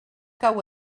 cau